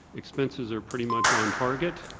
expenses are pretty much on target.